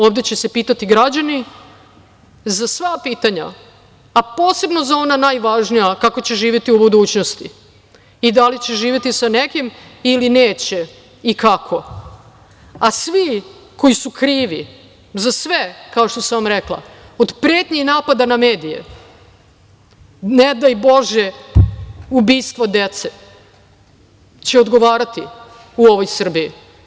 Ovde će se pitati građani za sva pitanja, a posebno za ona najvažnija - kako će živeti u budućnosti i da li će živeti sa nekim ili neće i kako, a svi koji su krivi za sve, kao što sam rekla, od pretnji i napada na medije, ne daj Bože, ubistvo dece, će odgovarati u ovoj Srbiji.